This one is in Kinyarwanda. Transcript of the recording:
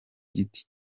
giti